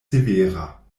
severa